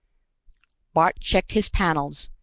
bart checked his panels,